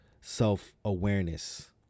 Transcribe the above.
self-awareness